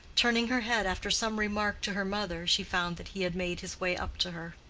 turning her head after some remark to her mother, she found that he had made his way up to her.